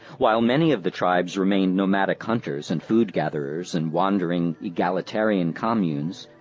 while many of the tribes remained nomadic hunters and food gatherers in wandering, egalitarian communes,